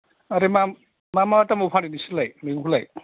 आरो मा मा दामाव फानो नोंसोरलाय मैगंखौलाय